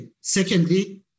secondly